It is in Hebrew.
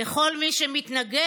וכל מי שמתנגד,